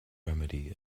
remedy